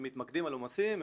אם מתמקדים על עומסים,